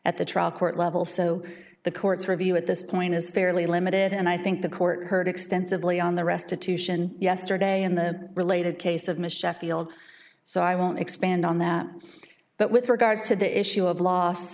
at the trial court level so the court's review at this point is fairly limited and i think the court heard extensively on the restitution yesterday in the related case of michele field so i won't expand on that but with regard to the issue of